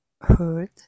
heard